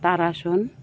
তাৰাসন